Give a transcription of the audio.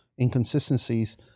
inconsistencies